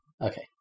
Okay